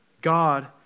God